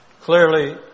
Clearly